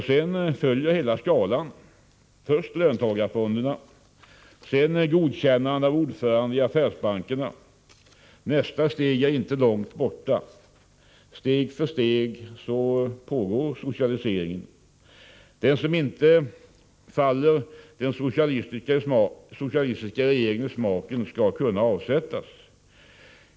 Sedan följer hela skalan: först löntagarfonderna, sedan godkännande av ordföranden i affärsbankerna. Nästa steg är inte långt borta. Steg för steg pågår socialiseringen. De som inte faller i den socialistiska regeringens smak skall kunna avsättas.